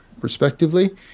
respectively